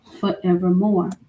forevermore